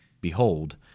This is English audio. Behold